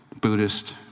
Buddhist